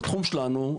התחום שלנו,